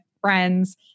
friends